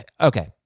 Okay